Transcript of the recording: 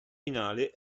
finale